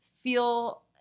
feel